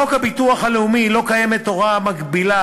בחוק הביטוח הלאומי לא קיימת הוראה מקבילה